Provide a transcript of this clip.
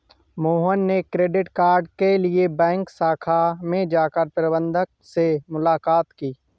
मोहन ने credit card के लिए बैंक शाखा में जाकर प्रबंधक से मुलाक़ात की